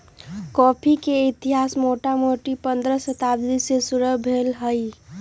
coffee के इतिहास मोटामोटी पंडह शताब्दी से शुरू भेल हइ